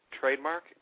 trademark